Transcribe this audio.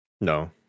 No